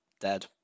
dead